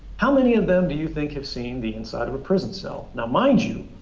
how many of them do you think have seen the inside of a prison cell? now, mind you,